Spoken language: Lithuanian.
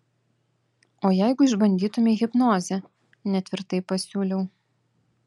o jeigu išbandytumei hipnozę netvirtai pasiūliau